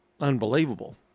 unbelievable